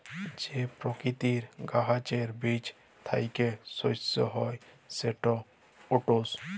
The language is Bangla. যে পকিতির গাহাচের বীজ থ্যাইকে শস্য হ্যয় সেট ওটস